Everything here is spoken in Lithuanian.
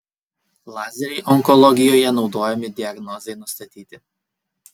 lazeriai onkologijoje naudojami diagnozei nustatyti